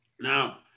Now